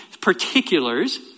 particulars